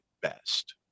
best